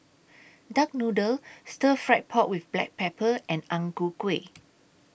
Duck Noodle Stir Fry Pork with Black Pepper and Ang Ku Kueh